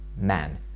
man